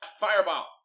Fireball